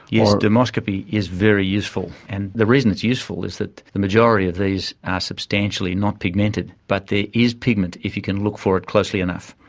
yes, dermoscopy is very useful, and the reason it's useful is that the majority of these are substantially not pigmented, but there is pigment if you can look for it closely enough.